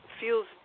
feels